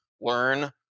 learn